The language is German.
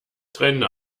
tränende